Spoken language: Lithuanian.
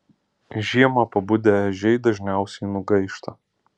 žiemą pabudę ežiai dažniausiai nugaišta